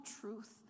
truth